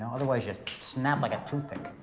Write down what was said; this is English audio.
otherwise, you snap like a toothpick.